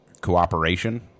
cooperation